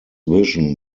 vision